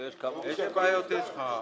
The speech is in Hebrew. לי אין קשר עם השם הזה.